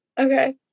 Okay